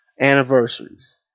anniversaries